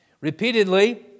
Repeatedly